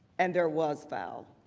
and there was foul.